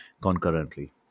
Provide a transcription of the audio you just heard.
concurrently